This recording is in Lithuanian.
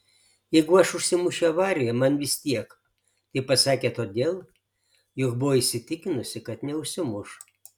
jeigu aš užsimušiu avarijoje man vis tiek tai pasakė todėl jog buvo įsitikinusi kad neužsimuš